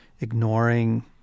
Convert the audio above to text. Ignoring